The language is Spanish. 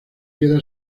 queda